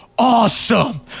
awesome